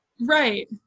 Right